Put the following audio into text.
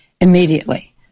immediately